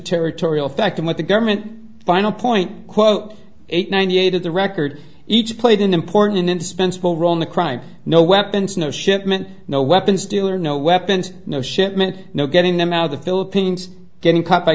extraterritorial factum what the government final point quote eight ninety eight of the record each played an important indispensable role in the crime no weapons no shipment no weapons dealer no weapons no shipment no getting them out of the philippines getting caught by